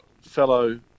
fellow